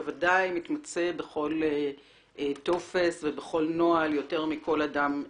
מתמצא בוודאי בכל טופס ובכל נוהל יותר מכל אדם רגיל.